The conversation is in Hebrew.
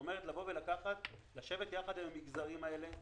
צריך לשבת יחד עם המגזרים האלה,